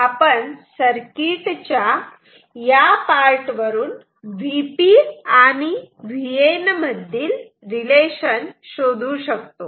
तर आपण सर्किटच्या या पार्ट वरून Vp आणि Vn मधील रिलेशन शोधु शकतो